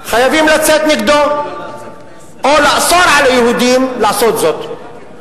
חייבים לצאת נגדו, או לאסור על היהודים לעשות זאת.